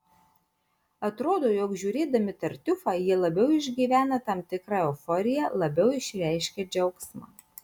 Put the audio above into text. atrodo jog žiūrėdami tartiufą jie labiau išgyvena tam tikrą euforiją labiau išreiškia džiaugsmą